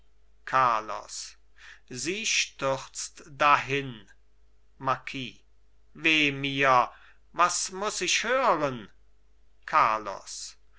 carlos sie stürzt dahin marquis weh mir was muß ich hören carlos